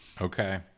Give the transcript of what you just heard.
Okay